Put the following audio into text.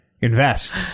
Invest